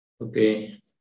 okay